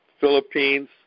Philippines